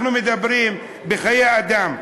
אנחנו מדברים בחיי אדם.